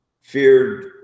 feared